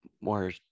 more